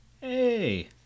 Hey